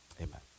amen